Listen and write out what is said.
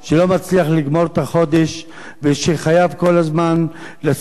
שלא מצליח לגמור את החודש ושחייב כל הזמן לשאת